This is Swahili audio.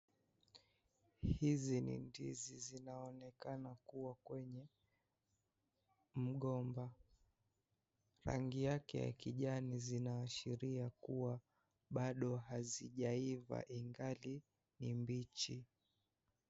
Hizi ni ndizi zinaonekana kuwa kwenye mgomba, rangi yake ya kijani zinaashiria kuwa bado hazijaiva ingali ni mbichi.